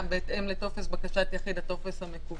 "(ג) עיכוב ההליכים יהיה לתקופה שלא תעלה על